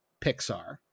Pixar